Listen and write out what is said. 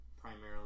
Primarily